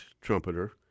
trumpeter